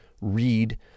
Read